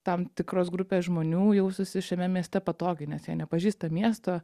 tam tikros grupės žmonių jaustųsi šiame mieste patogiai nes jie nepažįsta miesto